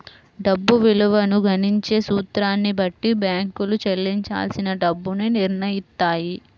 డబ్బు విలువను గణించే సూత్రాన్ని బట్టి బ్యేంకులు చెల్లించాల్సిన డబ్బుని నిర్నయిత్తాయి